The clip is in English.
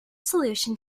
solution